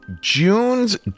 june's